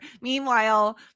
Meanwhile